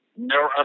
no